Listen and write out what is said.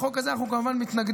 לחוק הזה אנחנו כמובן מתנגדים.